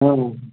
हँ